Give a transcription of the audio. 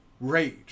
rage